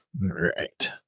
Right